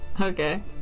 Okay